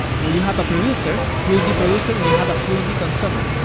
you you have a producer, fluentd producer and you have a fluentd consumer,